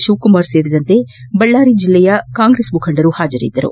ಶಿವಕುಮಾರ್ ಸೇರಿದಂತೆ ಬಳ್ಳಾರಿ ಜಿಲ್ಲೆಯ ಎಲ್ಲ ಕಾಂಗ್ರೆಸ್ ಮುಖಂಡರು ಹಾಜರಿದ್ದರು